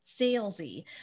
salesy